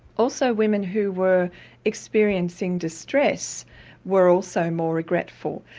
also women who were experiencing distress were also more regretful.